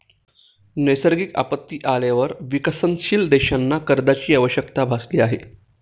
नैसर्गिक आपत्ती आल्यावर विकसनशील देशांना कर्जाची आवश्यकता भासली आहे